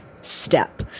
step